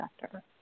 sector